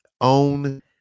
own